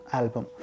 album